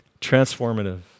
Transformative